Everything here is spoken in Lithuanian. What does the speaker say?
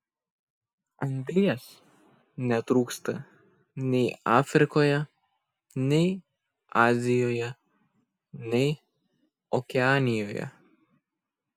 anglies netrūksta nei afrikoje nei azijoje nei okeanijoje